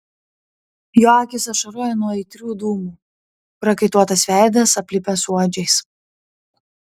jo akys ašaroja nuo aitrių dūmų prakaituotas veidas aplipęs suodžiais